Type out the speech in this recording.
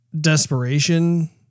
desperation